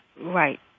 Right